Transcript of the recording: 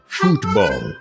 football